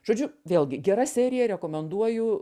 žodžiu vėlgi gera serija rekomenduoju